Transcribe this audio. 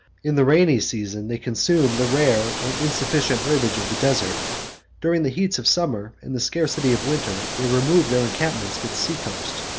in the rainy seasons, they consume the rare and insufficient herbage of the desert during the heats of summer and the scarcity of winter, they remove their encampments to the sea-coast,